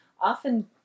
often